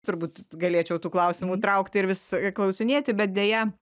turbūt galėčiau tų klausimų traukti ir vis klausinėti bet deja